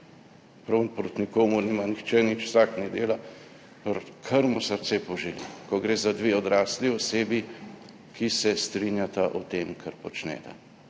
Prav proti nikomur nima nihče nič, vsak naj dela, kar mu srce poželi. Ko gre za dve odrasli osebi, ki se strinjata o tem, kar počneta,